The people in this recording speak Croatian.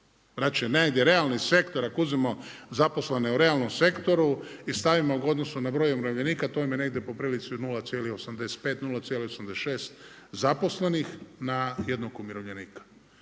Znači negdje realni sektor ako uzmemo zaposlene u realnom sektoru i stavimo ga u odnosu na broj umirovljenika to vam je negdje po prilici od 0,85., 0,86 zaposlenih na 1 umirovljenika.